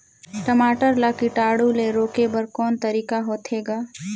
टमाटर ला कीटाणु ले रोके बर को तरीका होथे ग?